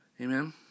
Amen